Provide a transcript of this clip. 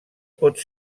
pot